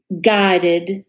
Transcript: guided